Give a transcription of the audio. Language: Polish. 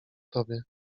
tobie